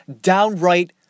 downright